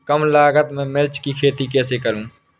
कम लागत में मिर्च की खेती कैसे करूँ?